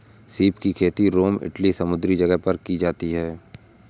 सीप की खेती रोम इटली समुंद्री जगह पर की जाती है